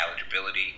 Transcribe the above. eligibility